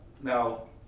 Now